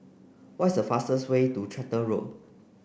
what is a fastest way to Tractor Road